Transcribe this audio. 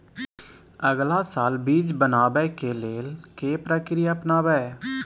अगला साल बीज बनाबै के लेल के प्रक्रिया अपनाबय?